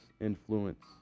influence